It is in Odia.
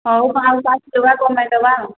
ହଉ ପାଞ୍ଚ ଟଙ୍କା କମାଇ ଦେବା ଆଉ